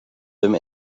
them